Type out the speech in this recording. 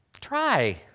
Try